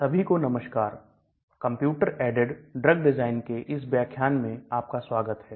सभी को नमस्कार कंप्यूटर ऐडेड ड्रग डिजाइन के इस व्याख्यान में आपका स्वागत है